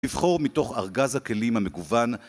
לבחור מתוך ארגז הכלים המגוון